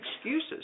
excuses